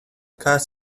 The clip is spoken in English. cats